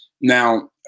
Now